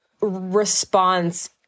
response